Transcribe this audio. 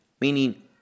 meaning